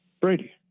Brady